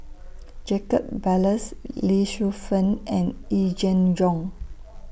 Jacob Ballas Lee Shu Fen and Yee Jenn Jong